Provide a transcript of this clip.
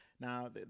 Now